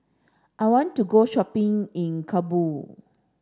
I want to go shopping in Kabul